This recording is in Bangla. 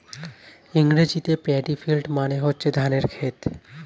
ইংরেজিতে প্যাডি ফিল্ড মানে হচ্ছে ধানের ক্ষেত